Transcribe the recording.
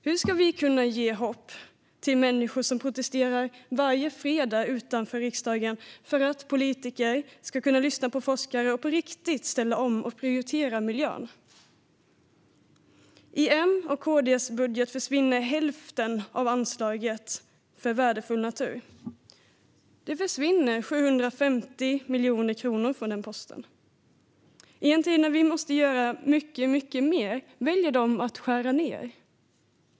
Hur ska vi kunna ge hopp till de människor som protesterar varje fredag utanför riksdagen för att politiker ska lyssna på forskarna och på riktigt ställa om och prioritera miljön? I M:s och KD:s budget försvinner hälften av anslaget till värdefull natur. Det försvinner 750 miljoner kronor från den posten. I en tid då vi måste göra mycket mer väljer de att skära ned.